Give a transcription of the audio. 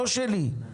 לא שלי.